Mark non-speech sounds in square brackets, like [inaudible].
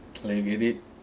[noise] like you get it